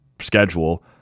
schedule